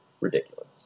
ridiculous